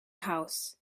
house